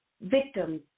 victims